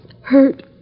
hurt